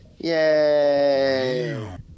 Yay